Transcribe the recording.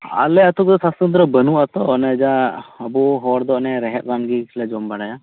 ᱟᱞᱮ ᱟᱹᱛᱩ ᱫᱚ ᱥᱟᱥᱛᱚ ᱠᱮᱱᱫᱽᱨᱚ ᱵᱟᱱᱩᱜᱼᱟ ᱛᱚ ᱚᱱᱮ ᱡᱟᱦᱟᱸ ᱟᱵᱚ ᱦᱚᱲ ᱫᱚ ᱚᱱᱮ ᱨᱮᱦᱮᱫ ᱨᱟᱱ ᱜᱮ ᱞᱮ ᱡᱚᱢ ᱵᱟᱲᱟᱭᱟ